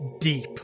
deep